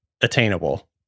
attainable